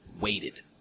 Waited